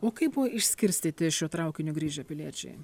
o kaip buvo išskirstyti šiuo traukiniu grįžę piliečiai